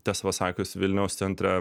tiesą pasakius vilniaus centre